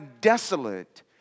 desolate